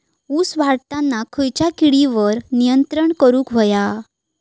ऊस वाढताना खयच्या किडींवर नियंत्रण करुक व्हया?